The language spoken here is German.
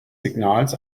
signals